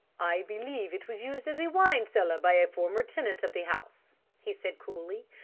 i believe it was used as a wine cellar by a former tenant of the house, he said coolly.